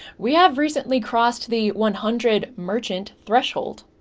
we have recently crossed the one hundred merchant threshold.